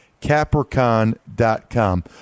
Capricorn.com